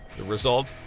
the result,